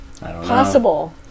possible